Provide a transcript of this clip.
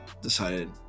decided